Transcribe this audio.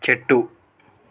చెట్టు